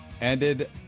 ended